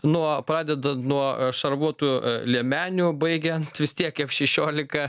nuo pradedu nuo šarvuotų liemenių baigiant vis tiek f šešiolika